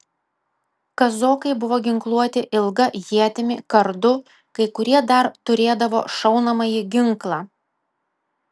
kazokai buvo ginkluoti ilga ietimi kardu kai kurie dar turėdavo šaunamąjį ginklą